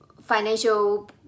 financial